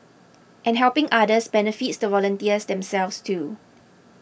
and helping others benefits the volunteers themselves too